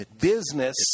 business